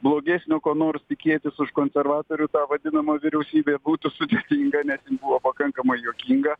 blogesnio ko nors tikėtis už konservatorių tą vadinamą vyriausybę būti sudėtinga nes jin buvo pakankamai juokinga